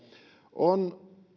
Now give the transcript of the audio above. on